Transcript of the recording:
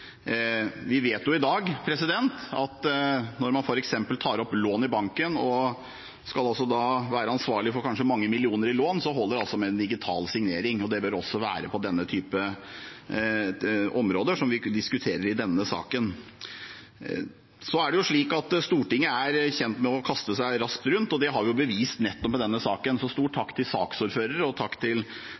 Vi vet jo i dag at når man f.eks. tar opp lån i banken og skal være ansvarlig for kanskje mange millioner i lån, holder det med en digital signering, og slik bør det også være på den typen områder som vi diskuterer i denne saken. Stortinget er kjent for å kaste seg raskt rundt, og det har vi bevist nettopp i denne saken, så stor takk til saksordføreren og takk til